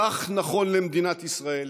כך נכון למדינת ישראל,